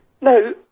No